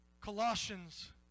Colossians